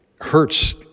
hurts